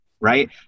right